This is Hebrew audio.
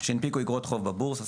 שהנפיקו אגרות חוב בבורסה,